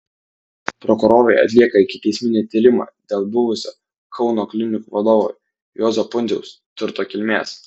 prokurorai atlieka ikiteisminį tyrimą dėl buvusio kauno klinikų vadovo juozo pundziaus turto kilmės